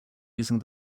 using